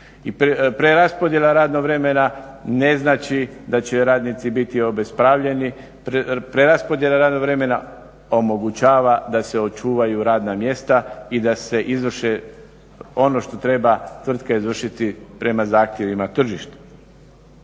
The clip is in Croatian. Preraspodjela radnog vremena ne znači da će radnici biti obespravljeni, preraspodjela radnog vremena omogućava da se očuvaju radna mjesta i da se izvrše ono što treba tvrtka izvršiti prema zahtjevima tržišta.